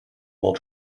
while